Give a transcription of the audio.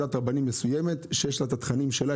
ועדת הרבנים המסוימת שלה,